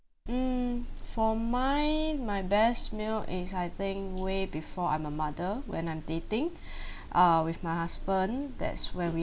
hmm for my my best meal is I think way before I'm a mother when I'm dating uh with my husband that's where we